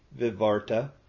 vivarta